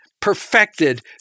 perfected